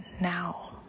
now